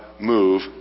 move